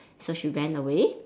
so she ran away